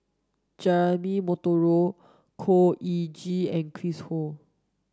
Jeremy Monteiro Khor Ean Ghee and Chris Ho